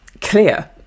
clear